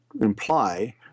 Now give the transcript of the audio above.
imply